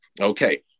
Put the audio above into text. Okay